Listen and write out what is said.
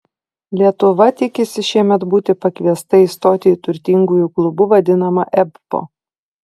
lietuva tikisi šiemet būti pakviesta įstoti į turtingųjų klubu vadinamą ebpo